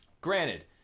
Granted